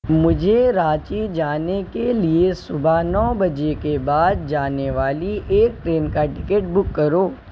مجھے رانچی جانے کے لیے صُبح نو بجے کے بعد جانے والی ایک ٹرین کا ٹکٹ بک کرو